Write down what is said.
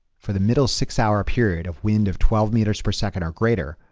for the middle six hour period of wind of twelve meters per second or greater,